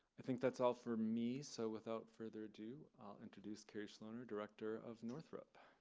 i think that's all for me. so without further ado, i'll introduce kari schloner, director of northrop.